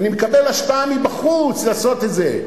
אני מקבל השפעה מבחוץ לעשות את זה.